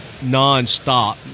nonstop